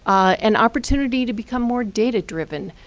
um an opportunity to become more data driven,